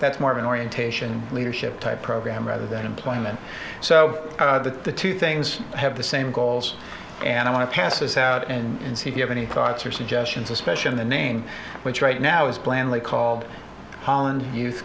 that's more of an orientation leadership type program rather than employment so that the two things have the same goals and i want to pass this out and see if you have any thoughts or suggestions especially the name which right now is blandly called holland youth